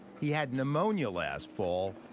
he had pneumonia last fall,